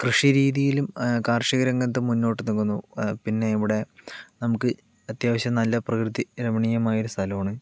കൃഷി രീതിലും കാർഷിക രംഗത്തും മുന്നോട്ട് നിക്കുന്നു പിന്നെ ഇവിടെ നമുക്ക് അത്യാവശ്യം നല്ല പ്രകൃതി രമണീയമായൊരു സ്ഥലമാണ്